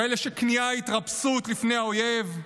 כאלה שכניעה, התרפסות, לפני האויב,